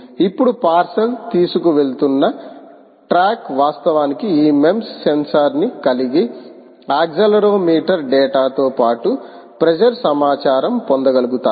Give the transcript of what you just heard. ఇప్పుడు పార్సెల్ తీసుకువెళ్తున్న ట్రక్ వాస్తవానికి ఈ MEMS సెన్సార్ ని కలిగి యాక్సిలెరోమీటర్ డేటాతో పాటు ప్రెజర్ సమాచారం పొందగలుగుతారు